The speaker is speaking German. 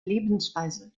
lebensweise